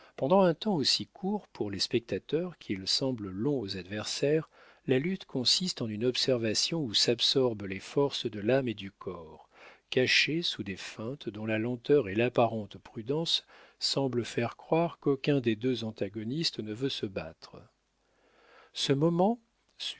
pendant un temps aussi court pour les spectateurs qu'il semble long aux adversaires la lutte consiste en une observation où s'absorbent les forces de l'âme et du corps cachée sous des feintes dont la lenteur et l'apparente prudence semblent faire croire qu'aucun des deux antagonistes ne veut se battre ce moment